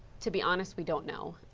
to be honest we don't know.